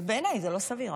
בעיניי זה לא סביר.